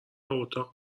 اتاق